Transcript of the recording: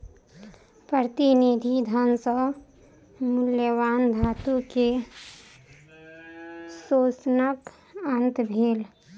प्रतिनिधि धन सॅ मूल्यवान धातु के शोषणक अंत भेल